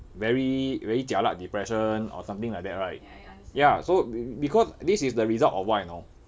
very very jialat depression or something like that right ya so because this is the result of what you know